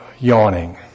yawning